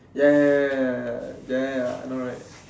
ya ya ya ya ya ya ya ya I know right